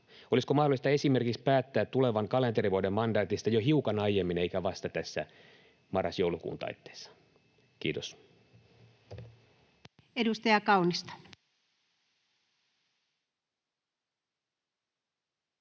Olisiko mahdollista esimerkiksi päättää tulevan kalenterivuoden mandaatista jo hiukan aiemmin eikä vasta tässä marras—joulukuun taitteessa? — Kiitos.